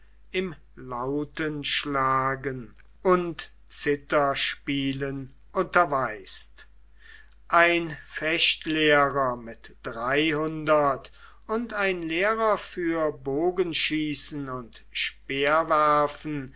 im lautenschlagen und zitherspielen unterweist ein fechtlehrer mit dreihundert und ein lehrer für bogenschießen und